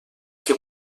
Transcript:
què